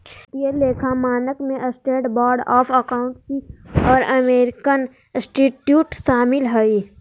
वित्तीय लेखा मानक में स्टेट बोर्ड ऑफ अकाउंटेंसी और अमेरिकन इंस्टीट्यूट शामिल हइ